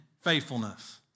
faithfulness